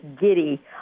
giddy